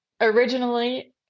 originally